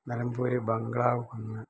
നിലമ്പൂർ ബംഗ്ലാവ് കുന്ന്